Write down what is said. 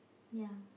ya